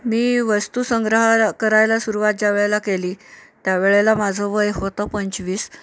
मी वस्तू संग्रह करायला सुरवात ज्यावेळेला केली त्यावेळेला माझं वय होतं पंचवीस